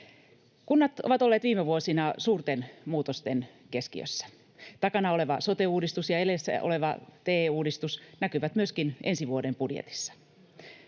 Kunnat ovat olleet viime vuosina suurten muutosten keskiössä. Takana oleva sote-uudistus ja edessä oleva TE-uudistus näkyvät myöskin ensi vuoden budjetissa.